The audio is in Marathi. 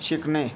शिकणे